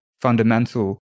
fundamental